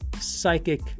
psychic